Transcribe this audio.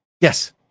Yes